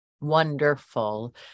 wonderful